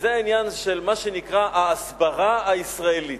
וזה העניין של מה שנקרא ההסברה הישראלית.